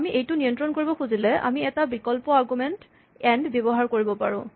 আমি এইটো নিয়ন্ত্ৰণ কৰিব খুজিলে আমি এটা বিকল্প আৰগুমেন্ট য়েন্ড ব্যৱহাৰ কৰিব পাৰোঁ